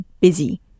busy